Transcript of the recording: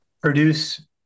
produce